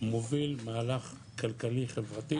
מוביל מהלך כלכלי חברתי